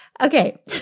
Okay